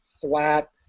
flat